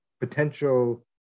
potential